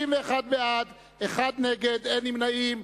61 בעד, אחד נגד, אין נמנעים.